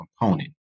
component